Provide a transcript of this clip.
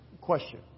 Question